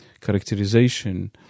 characterization